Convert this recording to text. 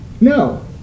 No